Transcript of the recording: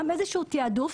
גם איזשהו תעדוף,